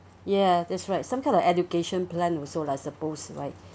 ya that's right some kind of education plan also lah I suppose like